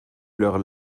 leurs